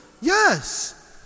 Yes